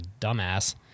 dumbass